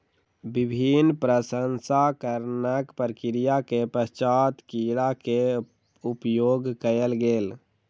विभिन्न प्रसंस्करणक प्रक्रिया के पश्चात कीड़ा के उपयोग कयल गेल